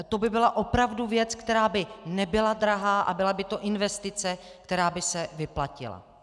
To by byla opravdu věc, která by nebyla drahá a byla by to investice, která by se vyplatila.